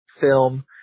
film